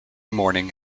morning